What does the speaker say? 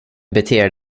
beter